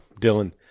Dylan